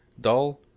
dull